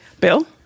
Bill